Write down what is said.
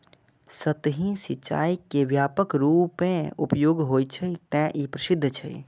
सतही सिंचाइ के व्यापक रूपें उपयोग होइ छै, तें ई प्रसिद्ध छै